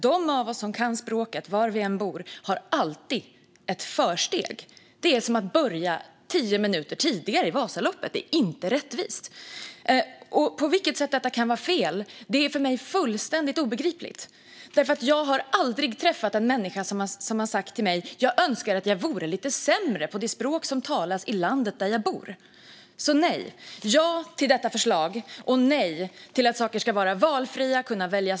De av oss som kan språket, var vi än bor, har också alltid ett försteg. Det är som att börja tio minuter tidigare i Vasaloppet. Det är inte rättvist. På vilket sätt detta förslag kan vara fel är för mig fullständigt obegripligt. Jag har nämligen aldrig träffat en människa som har sagt till mig: Jag önskar att jag vore lite sämre på det språk som talas i landet där jag bor. Jag säger alltså ja till detta förslag och nej till att saker ska vara valfria, kunna väljas bort.